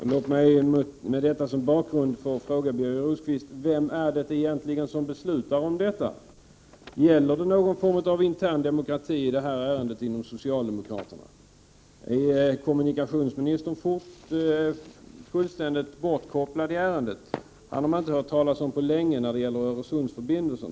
Låt mig med detta som bakgrund få fråga Birger Rosqvist vem det egentligen är som beslutar om detta. Gäller någon form av intern demokrati i det ärendet inom socialdemokratin? Är kommunikationsministern fullständigt bortkopplad i ärendet? Honom har man inte hört talas om på länge när det gäller Öresundsförbindelsen.